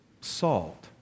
salt